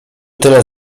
tyle